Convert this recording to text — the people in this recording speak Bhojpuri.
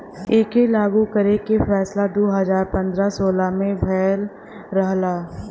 एके लागू करे के फैसला दू हज़ार पन्द्रह सोलह मे भयल रहल